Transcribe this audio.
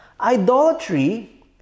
idolatry